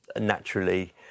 naturally